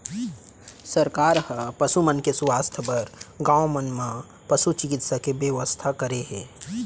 सरकार ह पसु मन के सुवास्थ बर गॉंव मन म पसु चिकित्सा के बेवस्था करे हे